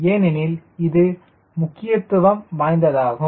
ஏனெனில் இது முக்கியத்துவம் வாய்ந்தது ஆகும்